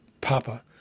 papa